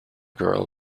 girl